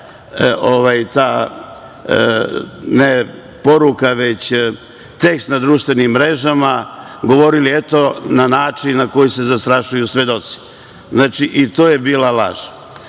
ne poruka, već tekst na društvenim mrežama, govorili – eto, na način na koji se zastrašuju svedoci. Znači, i to je bila laž. Laž